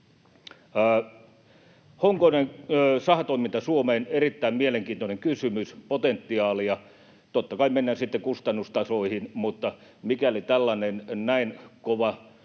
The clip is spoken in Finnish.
Honkonen, sahatoiminta Suomeen — erittäin mielenkiintoinen kysymys: onko potentiaalia? Totta kai mennään sitten kustannustasoihin, mutta mikäli tällainen näin kova